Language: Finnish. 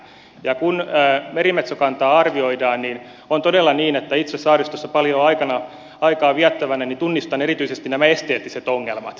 ja kun merimetsokantaa arvioidaan niin on todella niin että itse saaristossa paljon aikaa viettävänä tunnistan erityisesti nämä esteettiset ongelmat